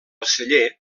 celler